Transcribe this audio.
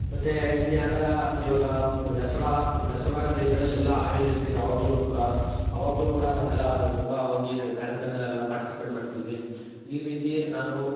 ಮತ್ತತು ಇನ್ನು ಯಾವ್ದರ ಇವಾಗ ದಸರಾ ದಸರಾ ಇದರಲ್ಲೆಲ್ಲ ಆಯೋಜಿಸ್ತಿದ್ರು ಆವಾಗ್ಲು ಕೂಡ ಆವಾಗಲೂ ಕೂಡ ನಾವೆಲ್ಲ ತುಂಬ ಹೋಗಿ ಮ್ಯಾರಥಾನಲೆಲ್ಲ ಪಾರ್ಟಿಸಿಪೇಟ್ ಮಾಡ್ತಿದ್ವಿ ಈ ರೀತಿ ನಾನು